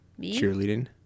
Cheerleading